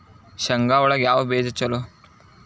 ಶೇಂಗಾ ಒಳಗ ಯಾವ ಬೇಜ ಛಲೋ?